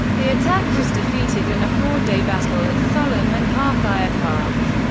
the attack was defeated in a four-day battle at sollum and halfaya pass,